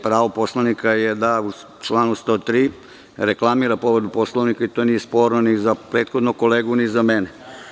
Pravo poslanika je da u članu 103. reklamira povredu Poslovnika i to nije sporno ni za prethodnog kolegu, ni za mene.